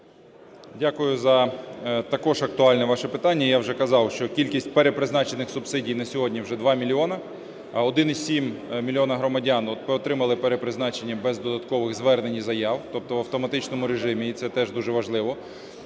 Дякую за також актуальне ваше питання. Я вже казав, що кількість перепризначених субсидій на сьогодні вже 2 мільйони, а 1,7 мільйона громадян отримали перепризначення без додаткових звернень і заяв, тобто в автоматичному режимі, і це теж дуже важливо.